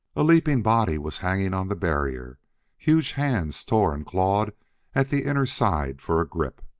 a leaping body was hanging on the barrier huge hands tore and clawed at the inner side for a grip.